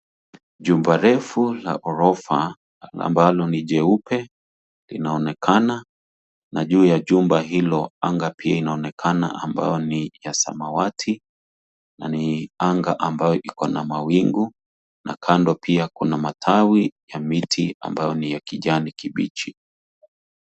Jumba refu la orofa, ambalo ni jeupe linaonekana na juu ya jumba hilo anga pia inaonekana ambao ni ya samawati na ni anga ambayo iko na mawingu na kando pia kuna matawi ya miti ambayo ni ya kijani kibichi.